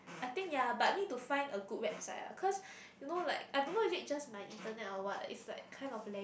I think ya but need to find a good website ah cause you know like I don't know is it just my internet or what is like kind of lag